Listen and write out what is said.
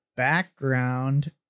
background